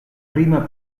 prima